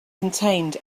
contained